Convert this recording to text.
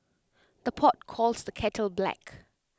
the pot calls the kettle black